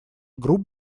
групп